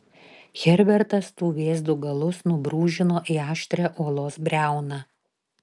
herbertas tų vėzdų galus nubrūžino į aštrią uolos briauną